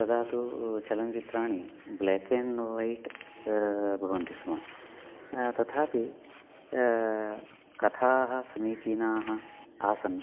तदा तु चलनचित्राणि ब्लेक् एण्ड् वैट् भवन्ति स्म तथापि कथाः समीचीनाः आसन्